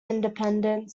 independent